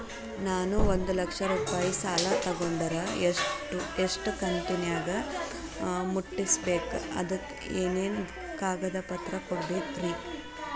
ನಾನು ಒಂದು ಲಕ್ಷ ರೂಪಾಯಿ ಸಾಲಾ ತೊಗಂಡರ ಎಷ್ಟ ಕಂತಿನ್ಯಾಗ ಮುಟ್ಟಸ್ಬೇಕ್, ಅದಕ್ ಏನೇನ್ ಕಾಗದ ಪತ್ರ ಕೊಡಬೇಕ್ರಿ?